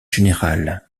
générale